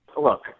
Look